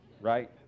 right